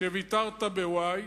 שוויתרת ב"וואי",